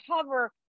cover